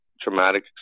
traumatic